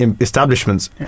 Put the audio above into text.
establishments